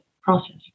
process